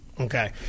Okay